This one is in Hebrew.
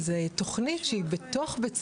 זו תוכנית שהיא בתוך בית ספר,